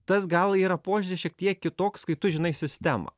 tas gal yra požiūris šiek tiek kitoks kai tu žinai sistemą